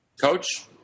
Coach